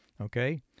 okay